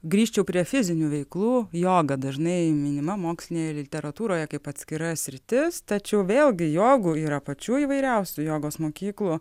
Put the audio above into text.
grįžčiau prie fizinių veiklų joga dažnai minima mokslinėje literatūroje kaip atskira sritis tačiau vėlgi jogų yra pačių įvairiausių jogos mokyklų